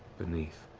beneath,